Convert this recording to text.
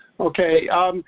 Okay